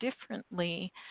differently